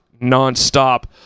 non-stop